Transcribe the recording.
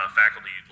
faculty